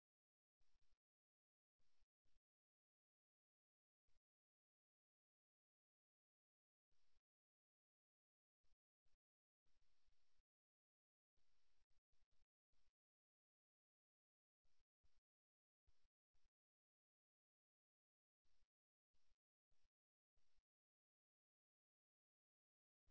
எனவே நடந்துகொண்டிருக்கும் உரையாடலுடன் பொருந்த ஒரு சிறந்த வழி ஏற்கனவே உரையாடும் நபர்களை பிரதிபலிப்பதாகும் அவர்கள் உங்கள் உறவை உணர்ந்து உங்களைச் சேர்க்க ஒரு நல்ல வாய்ப்பு உள்ளது